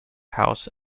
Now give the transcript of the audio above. house